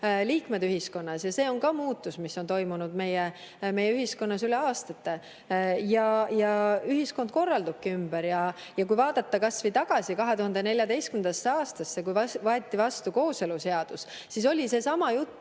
liikmed ühiskonnas. See on ka muutus, mis on toimunud meie ühiskonnas üle aastate. Ja ühiskond korraldubki ümber. Kui vaadata kas või tagasi 2014. aastasse, kui võeti vastu kooseluseadus, siis oli seesama jutt,